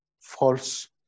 false